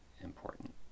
important